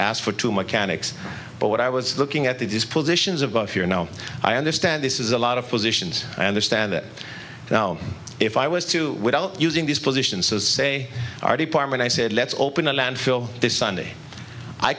asked for two mechanics but what i was looking at these positions about here now i understand this is a lot of positions i understand that if i was to without using these positions to say our department i said let's open a landfill this sunday i